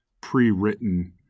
pre-written